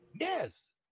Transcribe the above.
yes